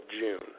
June